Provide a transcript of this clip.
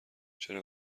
چرا